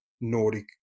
Nordic